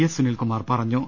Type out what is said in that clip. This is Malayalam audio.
എസ് സുനിൽ കുമാർ പറഞ്ഞു